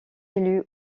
élus